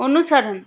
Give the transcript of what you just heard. অনুসরণ